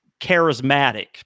charismatic